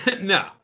No